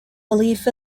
belief